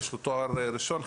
יש לו תואר ראשון,